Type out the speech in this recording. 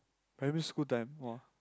primary school time !wah!